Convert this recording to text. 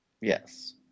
Yes